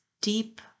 deep